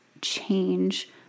change